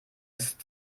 ist